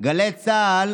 גלי צה"ל